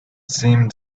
seemed